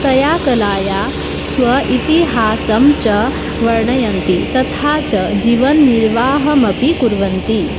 तया कलया स्व इतिहासं च वर्णयन्ति तथा च जीवननिर्वाहमपि कुर्वन्ति